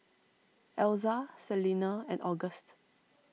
Elza Selena and August